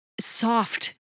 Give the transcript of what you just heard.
soft